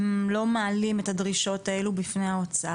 אם לא מעלים את הדרישות האלה בפני האוצר